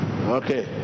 okay